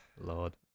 Lord